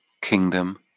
kingdom